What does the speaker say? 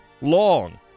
long